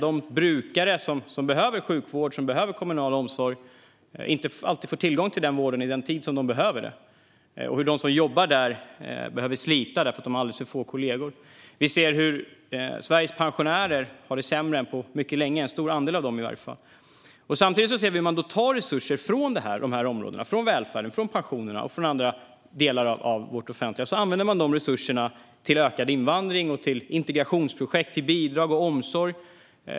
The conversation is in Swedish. De brukare som behöver sjukvård och kommunal omsorg får inte alltid tillgång till den vården när de behöver den, och de som jobbar där behöver slita därför att de har alldeles för få kollegor. Vi ser hur en stor andel av Sveriges pensionärer har det sämre än på mycket länge. Samtidigt ser vi hur man tar resurser från de här områdena - från välfärden och från pensionerna och andra delar av det offentliga - och använder dem till ökad invandring, integrationsprojekt, bidrag och omsorg.